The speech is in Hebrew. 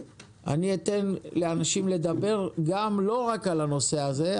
אני אתן לאנשים לדבר לא רק על הנושא הזה,